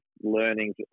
learning